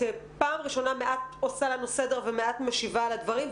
פעם ראשונה את עושה לנו מעט סדר ומעט משיבה על הדברים,